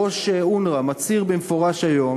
ראש אונר"א מצהיר במפורש היום,